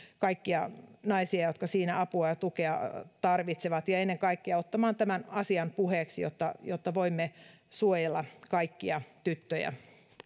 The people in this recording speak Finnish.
kaikkia naisia jotka siinä apua ja tukea tarvitsevat ja ennen kaikkea ottamaan tämän asian puheeksi jotta jotta voimme suojella kaikkia tyttöjä